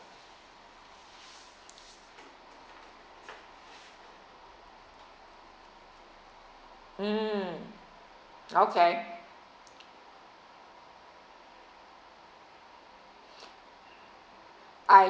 mm okay I